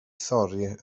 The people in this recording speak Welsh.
thorri